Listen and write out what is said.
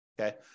okay